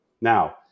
Now